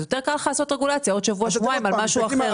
יותר קל לך לעשות רגולציה עוד שבוע-שבועיים על משהו אחר.